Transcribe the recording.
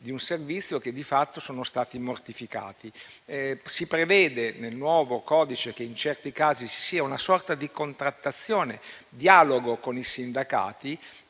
di un servizio di fatto sono stati mortificati. Nel nuovo codice si prevede che in certi casi ci sia una sorta di contrattazione-dialogo con i sindacati